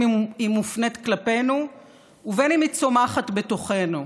בין שהיא מופנית כלפינו ובין שהיא צומחת בתוכנו.